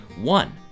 One